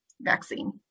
vaccine